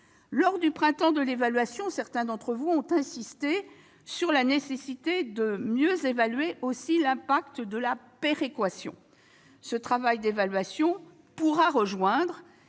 Lors du « printemps de l'évaluation », certains d'entre vous ont insisté sur la nécessité de mieux évaluer aussi l'impact de la péréquation. Ce travail d'évaluation pourra rejoindre,